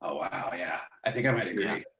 ah wow, yeah. i think i might agree.